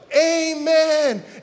amen